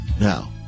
Now